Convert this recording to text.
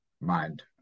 mind